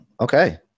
Okay